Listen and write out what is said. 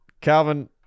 Calvin